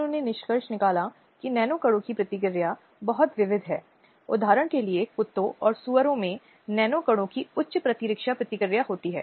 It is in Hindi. उन्होंने शिक्षा स्वास्थ्य और पोषण और आर्थिक कल्याण के क्षेत्र में महत्वपूर्ण सुधार किए हैं